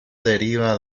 deriva